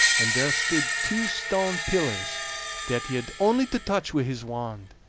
and there stood two stone pillars that he had only to touch wi' his wand,